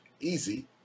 easy